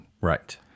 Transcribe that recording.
Right